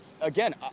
again